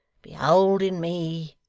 behold in me,